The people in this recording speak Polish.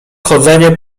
chodzenie